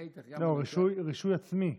אני הייתי, דרך אגב, לא, רישוי עצמי.